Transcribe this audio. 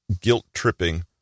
guilt-tripping